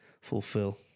fulfill